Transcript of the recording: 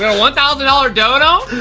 one thousand dollar dono.